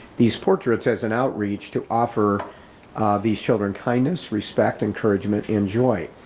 these portraits as an outreach to offer these children kindness, respect, encouragement, enjoy.